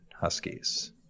Huskies